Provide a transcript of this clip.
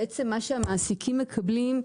בעצם מה שהמסיקים מקבלים,